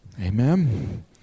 Amen